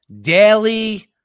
daily